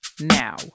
now